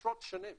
עשרות שנים